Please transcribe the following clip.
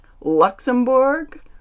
Luxembourg